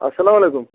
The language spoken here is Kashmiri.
اسلام علیکُم